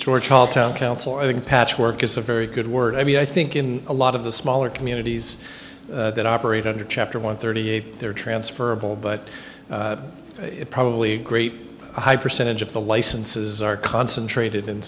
a patchwork is a very good word i mean i think in a lot of the smaller communities that operate under chapter one thirty eight there are transferable but probably a great high percentage of the licenses are concentrated in